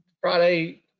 Friday